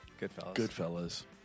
Goodfellas